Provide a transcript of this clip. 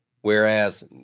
Whereas